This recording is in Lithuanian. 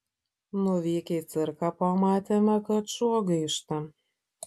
nuvykę į cirką pamatėme kad šuo gaišta